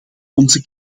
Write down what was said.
onze